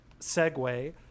segue